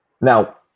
Now